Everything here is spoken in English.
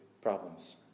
problems